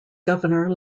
governor